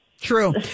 true